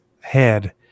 head